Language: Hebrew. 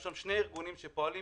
היו שם שני ארגונים שפועלים